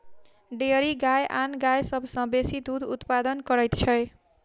dairy गाय आन गाय सभ सॅ बेसी दूध उत्पादन करैत छै